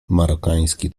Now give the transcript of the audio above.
marokański